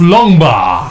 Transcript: Longbar